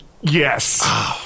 Yes